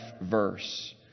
verse